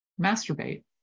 masturbate